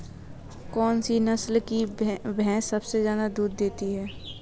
कौन सी नस्ल की भैंस सबसे ज्यादा दूध देती है?